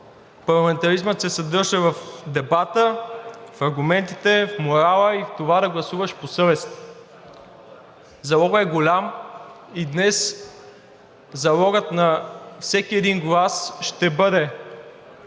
Парламентаризмът се съдържа в дебата, в аргументите, в морала и в това да гласуваш по съвест. Залогът е голям и днес залогът на всеки един глас ще бъде: